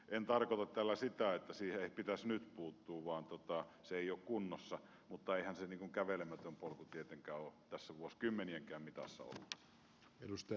en tarkoita tällä sitä että siihen ei pitäisi nyt puuttua sehän ei ole kunnossa mutta eihän se kävelemätön polku tietenkään ole tässä vuosikymmenienkään mitassa ollut